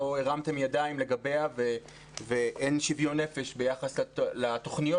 לא הרמתם ידיים לגביה ואין שוויון נפש ביחס לתוכניות